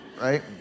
right